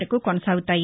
వరకు కొనసాగుతాయి